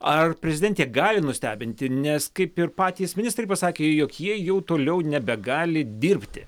ar prezidentė gali nustebinti nes kaip ir patys ministrai pasakė jog jie jau toliau nebegali dirbti